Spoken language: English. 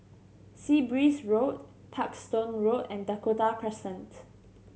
Sea Breeze Road Parkstone Road and Dakota Crescent